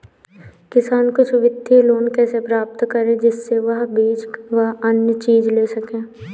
किसान कुछ वित्तीय लोन कैसे प्राप्त करें जिससे वह बीज व अन्य चीज ले सके?